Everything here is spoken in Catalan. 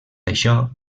això